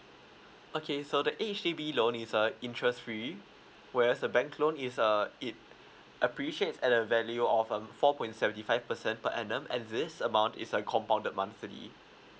okay so the H_D_B loan is a interest free whereas a bank loan is a it appreciate at a value of um four point seventy five percent per annum and this amount is a compounded monthly